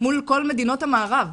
מול כל מדינות המערב.